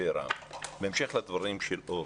בהמשך לדברים של אורלי.